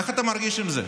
איך אתה מרגיש עם זה?